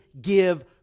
give